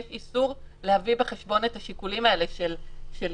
אלא יש איסור להביא בחשבון את השיקולים האלה של גיל,